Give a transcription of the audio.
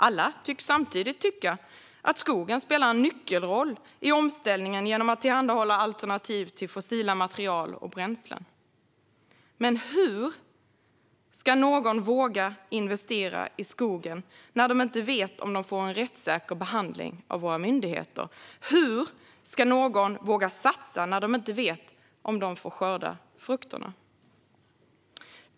Alla tycks samtidigt tycka att skogen spelar en nyckelroll i omställningen genom att tillhandahålla alternativ till fossila material och bränslen. Men hur ska någon våga investera i skogen när man inte vet om man får en rättssäker behandling av våra myndigheter? Hur ska någon våga satsa när man inte vet om man får skörda frukterna?